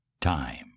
Time